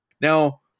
now